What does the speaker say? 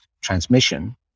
transmission